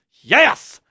Yes